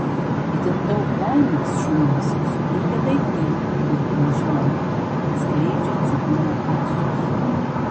itin daug laimės šunims suteikia daiktai kurie graužimo metu skleidžia cypimo garsus